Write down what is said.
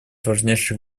важнейших